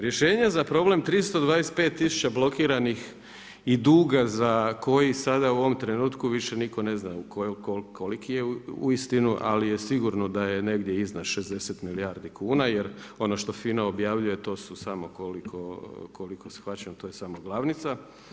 Rješenje za problem 325.000 blokiranih i duga za koji sada u ovom trenutku više niko ne zna koliki je uistinu, ali je sigurno da je negdje iznad 60 milijardi kuna jer ono što FINA objavljuje to su samo koliko shvaćam to je samo glavnica.